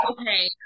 okay